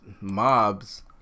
mobs